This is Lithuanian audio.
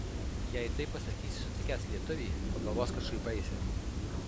jei taip pasakysi sutikęs lietuvį pagalvos kad šaipaisi